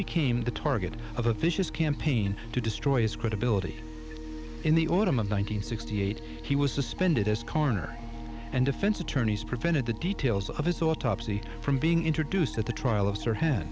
became the target of a vicious campaign to destroy his credibility in the autumn of one nine hundred sixty eight he was suspended as corner and defense attorneys prevented the details of his autopsy from being introduced at the trial of her head